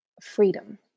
freedom